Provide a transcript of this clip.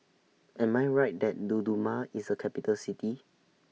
Am I Right that Dodoma IS A Capital City